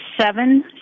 seven